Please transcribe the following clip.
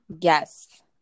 Yes